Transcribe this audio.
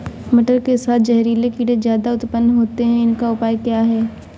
मटर के साथ जहरीले कीड़े ज्यादा उत्पन्न होते हैं इनका उपाय क्या है?